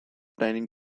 dining